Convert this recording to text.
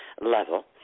level